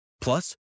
Plus